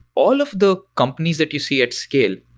all of the companies that you see at scale,